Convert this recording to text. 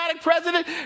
President